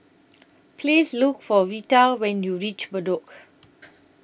Please Look For Veta when YOU REACH Bedok